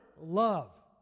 love